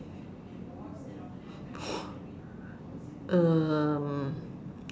um